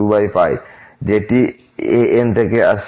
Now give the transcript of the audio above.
যেটি an থেকে আসে